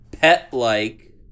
pet-like